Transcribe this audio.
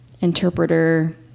interpreter